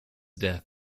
death